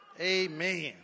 Amen